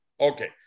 okay